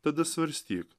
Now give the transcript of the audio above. tada svarstyk